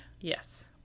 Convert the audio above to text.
Yes